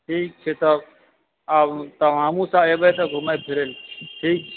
ठीक छै तब आब हमहूँ सभ एबै तऽ घूमै फिरै लए ठीक छै